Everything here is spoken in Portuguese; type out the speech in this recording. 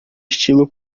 estilo